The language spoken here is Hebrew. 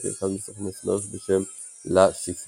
את אחד מסוכני "סמרש" בשם לה שיפר.